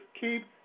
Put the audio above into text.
keep